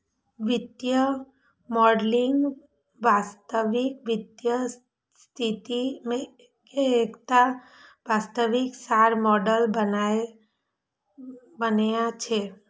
वित्तीय मॉडलिंग वास्तविक वित्तीय स्थिति के एकटा वास्तविक सार मॉडल बनेनाय छियै